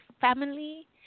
family